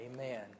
amen